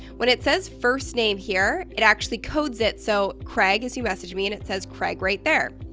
when it says, first name here, it actually codes it so craig is who messaged me and it says craig right there.